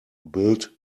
build